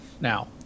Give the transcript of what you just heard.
now